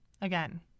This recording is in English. Again